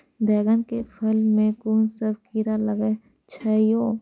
बैंगन के फल में कुन सब कीरा लगै छै यो?